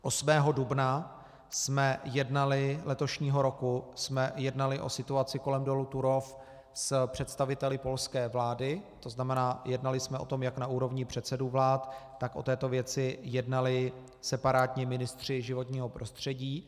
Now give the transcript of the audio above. Osmého dubna letošního roku jsme jednali o situaci kolem dolu Turów s představiteli polské vlády, to znamená, jednali jsme o tom jak na úrovni předsedů vlád, tak o této věci jednali separátně ministři životního prostředí.